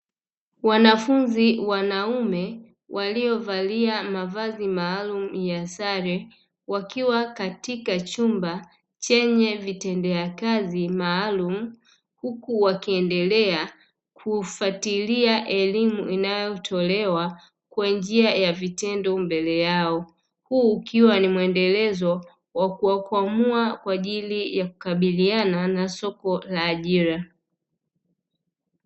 Wanafunzi wanaume waliovalia mavazi maalumu ya sare wakiwa katika chumba chenye vitendea kazi maalumu, huku wakiendelea kufuatilia elimu inayotolewa kwa njia ya vitendo mbele yao, huu ukiwa ni mwendelezo wa kuwakwamua kwa ajili ya kukabiliana na soko la ajira.